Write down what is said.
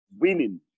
winning